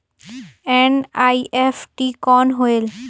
NEFT कौन होएल?